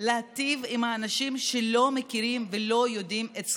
להיטיב עם האנשים שלא מכירים ולא יודעים את זכויותיהם.